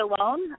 Alone